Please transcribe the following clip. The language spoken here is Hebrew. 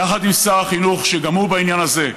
יחד עם שר החינוך, שגם הוא בעניין הזה,